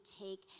take